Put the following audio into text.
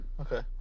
Okay